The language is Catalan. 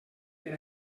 per